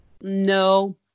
No